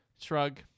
Shrug